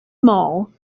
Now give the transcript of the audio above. mall